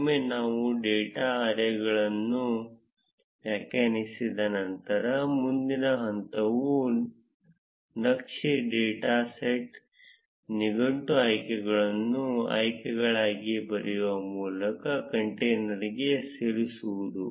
ಒಮ್ಮೆ ನಾವು ಡೇಟಾ ಅರೇಗಳನ್ನು ವ್ಯಾಖ್ಯಾನಿಸಿದ ನಂತರ ಮುಂದಿನ ಹಂತವು ನಕ್ಷೆ ಡಾಟ್ ಸೆಟ್ ನಿಘಂಟು ಆಯ್ಕೆಗಳನ್ನು ಆಯ್ಕೆಗಳಾಗಿ ಬರೆಯುವ ಮೂಲಕ ಕಂಟೇನರ್ಗೆ ಸೇರಿಸುವುದು